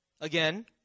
again